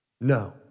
No